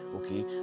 okay